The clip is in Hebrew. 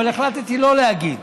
אבל החלטתי שלא להגיד.